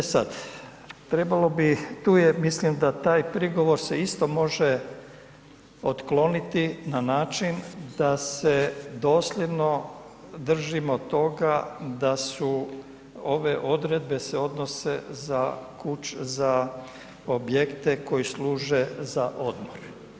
A sad, trebalo bi, tu je mislim da taj prigovor se isto može otkloniti na način da se dosljedno držimo toga da su ove odredbe se odnose za objekte koji služe za odmor.